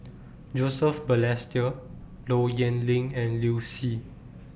Joseph Balestier Low Yen Ling and Liu Si